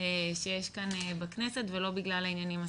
שיש כאן בכנסת, ולא בגלל העניינים הסטטוטוריים.